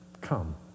Come